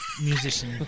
musician